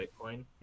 Bitcoin